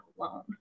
alone